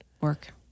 work